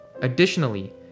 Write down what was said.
Additionally